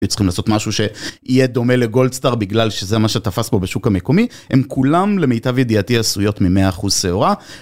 צריכים לעשות משהו שיהיה דומה לגולדסטאר בגלל שזה מה שתפס פה בשוק המקומי הם כולם למיטב ידיעתי עשויות ממאה אחוז שעורה.